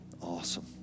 Awesome